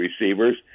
receivers